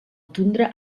tundra